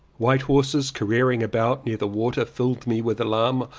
white horses careering about near the water filled me with alarm.